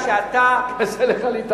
קשה לך להתאפק.